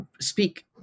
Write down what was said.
speak